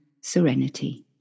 serenity